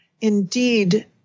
indeed